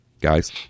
Guys